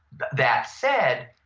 that that said,